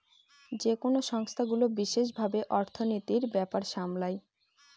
যেকোনো সংস্থাগুলো বিশেষ ভাবে অর্থনীতির ব্যাপার সামলায়